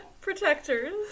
protectors